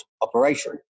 operation